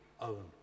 own